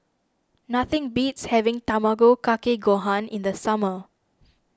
nothing beats having Tamago Kake Gohan in the summer